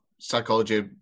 psychology